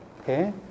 okay